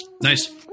Nice